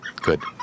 Good